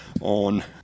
on